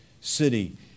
city